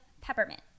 peppermint